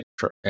Sure